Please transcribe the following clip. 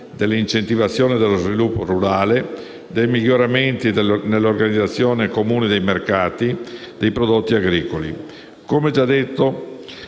dell'incentivazione dello sviluppo rurale, dei miglioramenti nell'organizzazione comune dei mercati (OCM) dei prodotti agricoli. Come già detto